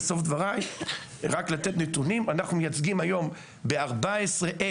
בסוף דבריי: אנחנו מייצגים היום בכ-14,000